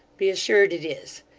be assured it is!